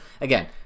again